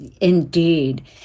Indeed